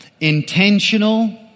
Intentional